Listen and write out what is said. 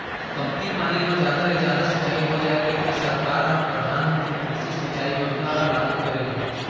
कमती पानी म जादा ले जादा सिंचई हो जाए कहिके सरकार ह परधानमंतरी कृषि सिंचई योजना ल लागू करे हे